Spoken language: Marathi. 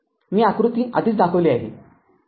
मी आकृती आधीच दाखविली आहे